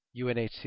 UNHCR